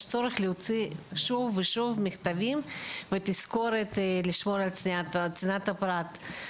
צורך להוציא שוב ושוב מכתבים ותזכורת לשמור על צנעת הפרט.